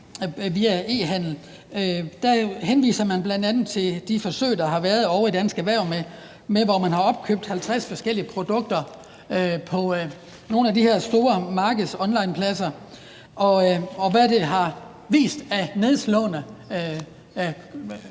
Der henviser man bl.a. til de forsøg, der har været ovre i Dansk Erhverv, hvor man har opkøbt 50 forskellige produkter på nogle af de her store onlinemarkedspladser. Og der har været nedslående